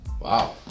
Wow